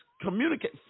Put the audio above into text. communicate